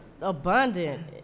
abundant